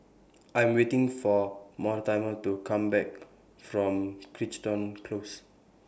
I Am waiting For Mortimer to Come Back from Crichton Close